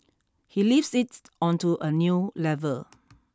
he lifts it onto a new level